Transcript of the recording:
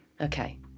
Okay